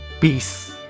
peace